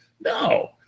No